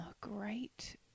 great